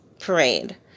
Parade